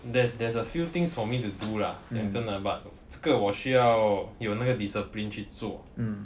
there's there's a few things for me to do lah 讲真的 but 这个我需要有那个 discipline 去做